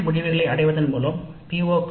பாடநெறி முடிவுகளை அடைவதன் மூலம் பி